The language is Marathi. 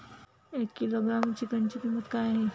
एक किलोग्रॅम चिकनची किंमत काय आहे?